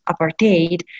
apartheid